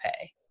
pay